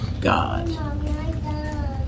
God